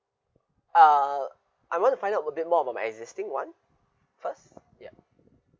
uh I want to find out a bit more about my existing one first ya